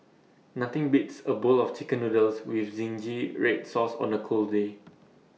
nothing beats A bowl of Chicken Noodles with Zingy Red Sauce on A cold day